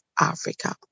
Africa